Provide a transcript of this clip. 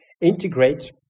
integrate